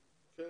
תודה.